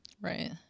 Right